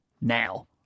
now